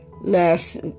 last